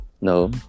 No